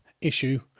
issue